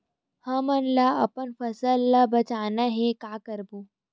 हमन ला अपन फसल ला बचाना हे का करबो?